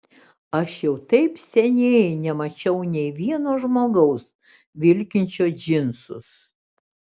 aš jau taip seniai nemačiau nei vieno žmogaus vilkinčio džinsus